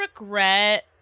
regret